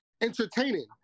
entertaining